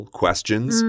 questions